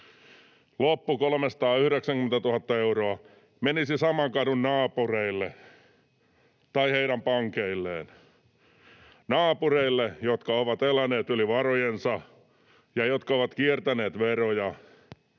loppu 390 000 euroa menisi saman kadun naapureille tai heidän pankeilleen, naapureille, jotka ovat eläneet yli varojensa ja jotka ovat kiertäneet veroja